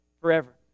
forever